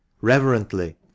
reverently